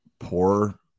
poor